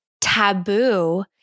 taboo